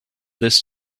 this